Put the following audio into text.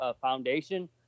foundation